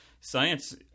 science